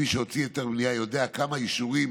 מי שהוציא היתר בנייה יודע כמה אישורים